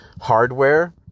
hardware